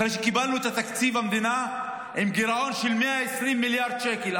אחרי שקיבלנו את תקציב המדינה עם גירעון של 120 מיליארד שקל,